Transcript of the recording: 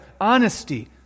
honesty